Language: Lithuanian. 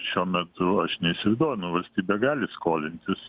šiuo metu aš nesidomiu valstybė gali skolintis